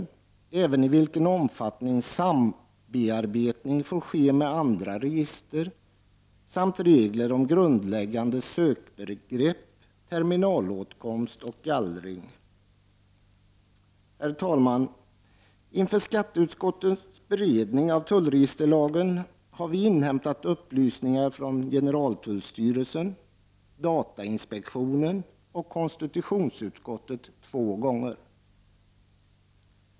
Där anges även i vilken omfattning sambearbetning får ske med andra register samt vilka regler som gäller för grundläggande sökbegrepp, terminalåtkomst och gallring. Herr talman! Inför skatteutskottets beredning av tullregisterlagen har vi inhämtat upplysningar från generaltullstyrelsen och från datainspektionen samt två yttranden från konstitutionsutskottet.